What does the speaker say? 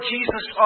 Jesus